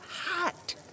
hot